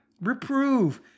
Reprove